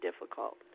difficult